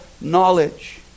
knowledge